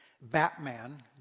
Batman